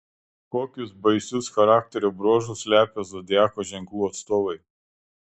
kokius baisius charakterio bruožus slepia zodiako ženklų atstovai